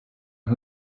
who